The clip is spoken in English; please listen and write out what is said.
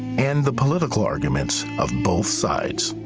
and the political arguments of both sides.